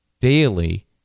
daily